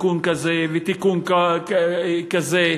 תיקון כזה ותיקון כזה,